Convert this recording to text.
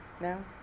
No